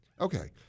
okay